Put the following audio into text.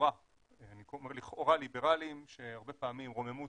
לכאורה ליברליים שהרבה פעמים רוממות